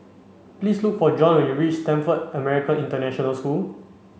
please look for Jon when you reach Stamford American International School